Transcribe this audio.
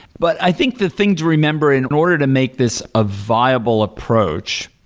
but i think the thing to remember in order to make this a viable approach,